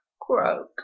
croak